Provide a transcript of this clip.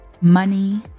money